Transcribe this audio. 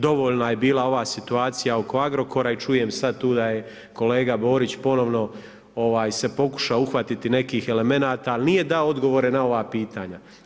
Dovoljna je bila ova situacija oko Agrokora i čujem sad tu da je kolega Borić ponovno se pokušao uhvatiti nekih elemenata, ali nije dao odgovore na ova pitanja.